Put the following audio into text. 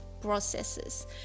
processes